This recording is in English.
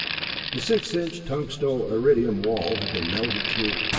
the six-inch tungsto-iridium wall had been melted through.